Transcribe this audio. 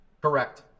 correct